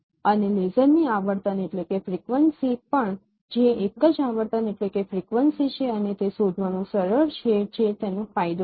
અને લેસરની આવર્તન પણ જે એક જ આવર્તન છે અને તે શોધવાનું સરળ છે કે જે તેનો એક ફાયદો છે